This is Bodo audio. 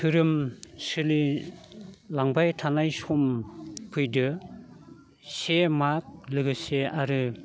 धोरोम सोलिलांबाय थानाय सम फैदों से माघ लोगोसे आरो